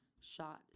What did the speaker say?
Shot